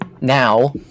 now